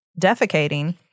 defecating